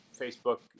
Facebook